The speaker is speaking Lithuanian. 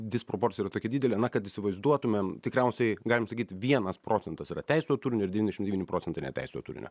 disproporcija yra tokia didelė na kad įsivaizduotumėm tikriausiai galim sakyti vienas procentas yra teisėto turinio ir devyniasdešim devyni procentai neteisėto turinio